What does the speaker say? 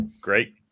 Great